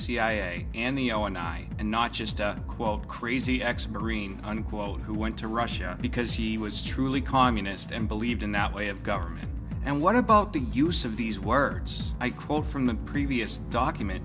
cia and the o and i and not just a quote crazy ex marine unquote who went to russia because he was truly communist and believed in that way of government and what about the use of these words i quote from the previous document